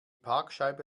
parkscheibe